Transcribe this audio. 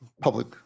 public